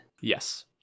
Yes